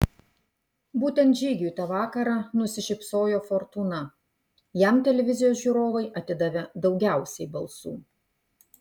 būtent žygiui tą vakarą nusišypsojo fortūna jam televizijos žiūrovai atidavė daugiausiai balsų